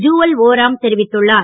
jewel Oram தெரிவித்துள்ளார்